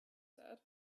said